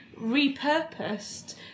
repurposed